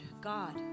God